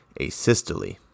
asystole